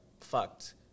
fucked